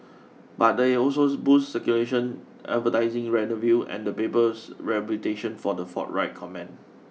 but they also boost circulation advertising revenue and the paper's reputation for the forthright comment